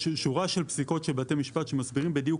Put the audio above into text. יש שורה של פסיקות של בתי משפט שמסבירים בדיוק